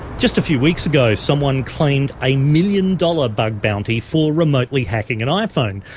just a few weeks ago, someone claimed a million-dollar bug bounty for remotely hacking an iphone,